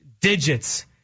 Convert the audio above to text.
digits